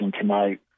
tonight